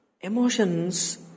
emotions